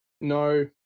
No